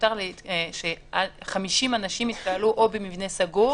מותר ש-50 אנשים יתקהלו או במבנה סגור